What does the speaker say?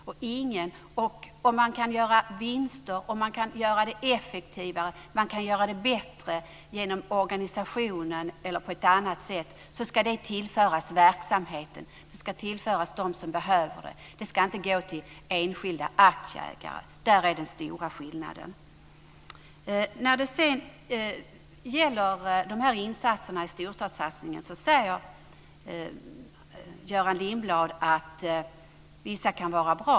Om det går att göra vinster på att vara effektivare och organisera bättre ska det tillföras verksamheten och dem som behöver det. De ska inte gå till enskilda aktieägare. Det är den stora skillnaden. Göran Lindblad säger att vissa insatser inom storstadssatsningen kan vara bra.